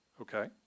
Okay